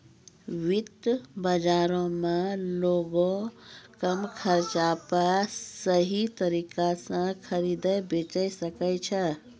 वित्त बजारो मे लोगें कम खर्चा पे सही तरिका से खरीदे बेचै सकै छै